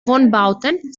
wohnbauten